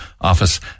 office